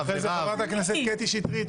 חבר הכנסת האוזר.